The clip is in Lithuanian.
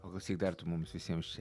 o klausyk dar tu mums visiems